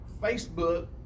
Facebook